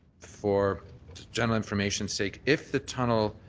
for general information's sake if the tunnel